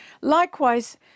Likewise